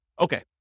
Okay